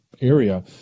area